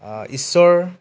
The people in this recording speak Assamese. ঈশ্বৰ